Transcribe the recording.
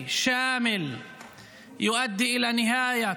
תודה רבה.